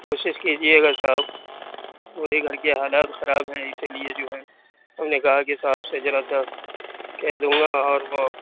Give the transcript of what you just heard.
کوشش کیجیے گا صاحب وہی گھر کے حالات خراب ہیں اِسی لیے جو ہے ہم نے کہا کہ صاحب سے ذرا سا کہہ دوں گا اور وہ